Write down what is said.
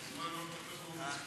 שלום לכם.